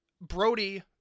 Brody